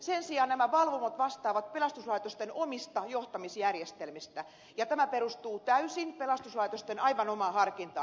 sen sijaan nämä valvomot vastaavat pelastuslaitosten omista johtamisjärjestelmistä ja tämä perustuu täysin pelastuslaitosten aivan omaan harkintaan